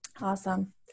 Awesome